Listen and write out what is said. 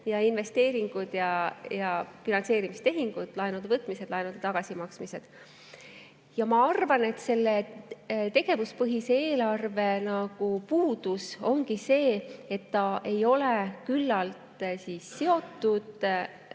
investeeringud ja finantseerimistehingud, laenude võtmised ja laenude tagasimaksmised. Ma arvan, et selle tegevuspõhise eelarve puudus ongi see, et ta ei ole küllalt seotud